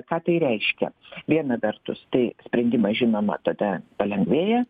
ką tai reiškia viena vertus tai sprendimas žinoma tada palengvėja